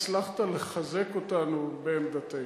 הצלחת לחזק אותנו בעמדתנו.